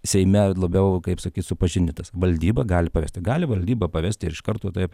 seime labiau kaip sakyt supažindintas valdyba gali pavesti gali valdyba pavesti ir iš karto taip